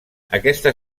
aquesta